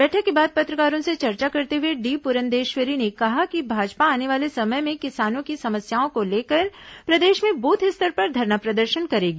बैठक के बाद पत्रकारों से चर्चा करते हुए डी पुरंदेश्वरी ने कहा कि भाजपा आने वाले समय में किसानों की समस्याओं को लेकर प्रदेश में बूथ स्तर पर धरना प्रदर्शन करेगी